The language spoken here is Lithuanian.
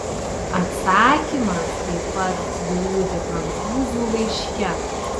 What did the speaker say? atsakymas taip pat glūdi prancūzių laiške